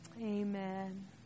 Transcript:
Amen